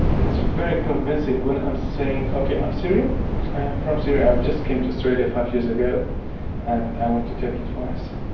it's very convincing when i'm saying, okay, i'm syrian, i am from syria. i just came to australia five years ago and i went to turkey twice,